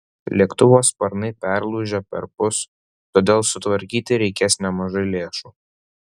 lėktuvo sparnai perlūžę perpus todėl sutvarkyti reikės nemažai lėšų